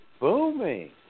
booming